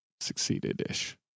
succeeded-ish